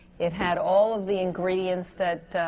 it had all of the ingredients that